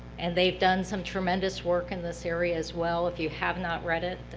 and they've done some tremendous work in this area, as well. if you have not read it,